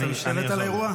אתה משתלט על האירוע?